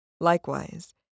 Likewise